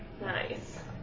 Nice